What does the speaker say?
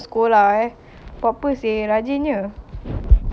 ya lah tapi